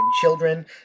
children